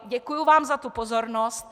Děkuji vám za pozornost.